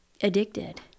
addicted